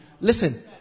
Listen